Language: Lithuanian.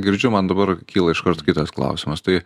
girdžiu man dabar kyla iškart kitas klausimas tai